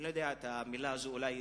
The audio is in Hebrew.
אני לא יודע את המלה הזאת, אולי